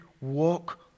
walk